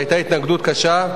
היתה התנגדות קשה,